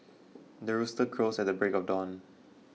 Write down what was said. the rooster crows at the break of dawn